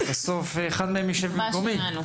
בסוף אחד מהם ישב במקומי.